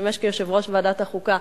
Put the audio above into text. ששימש כיושב-ראש ועדת החוקה,